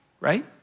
right